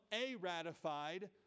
a-ratified